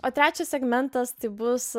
o trečias segmentas tai bus